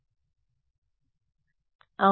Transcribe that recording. విద్యార్థి శక్తి మరొక వైపు